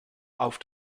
auf